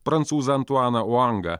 prancūzą antuaną oangą